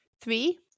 Three